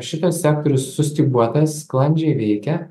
šitas sektorius sustyguotas sklandžiai veikia